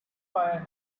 fire